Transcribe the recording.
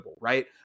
right